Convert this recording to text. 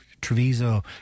Treviso